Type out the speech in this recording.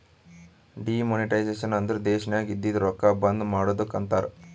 demonetisation ಅಂದುರ್ ದೇಶನಾಗ್ ಇದ್ದಿದು ರೊಕ್ಕಾ ಬಂದ್ ಮಾಡದ್ದುಕ್ ಅಂತಾರ್